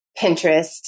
Pinterest